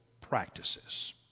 practices